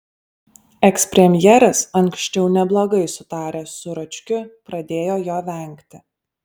ekspremjeras anksčiau neblogai sutaręs su račkiu pradėjo jo vengti